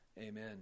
Amen